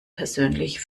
persönlich